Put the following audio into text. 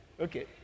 okay